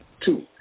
Two